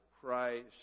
Christ